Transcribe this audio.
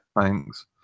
Thanks